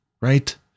right